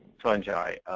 fungi.